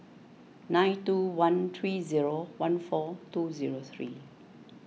nine two one three zero one four two zero three